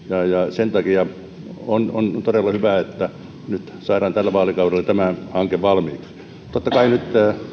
sen takia on todella hyvä että nyt tällä vaalikaudella saadaan tämä hanke valmiiksi totta kai